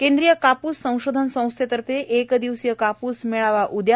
केंद्रीय कापूस संशोधन संस्थेतर्फे एक दिवसीय कापूस मेळावा उद्या